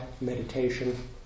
meditation